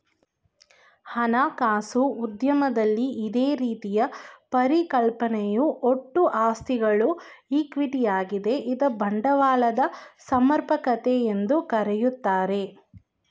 ಹಣಕಾಸು ಉದ್ಯಮದಲ್ಲಿ ಇದೇ ರೀತಿಯ ಪರಿಕಲ್ಪನೆಯು ಒಟ್ಟು ಆಸ್ತಿಗಳು ಈಕ್ವಿಟಿ ಯಾಗಿದೆ ಇದ್ನ ಬಂಡವಾಳದ ಸಮರ್ಪಕತೆ ಎಂದು ಕರೆಯುತ್ತಾರೆ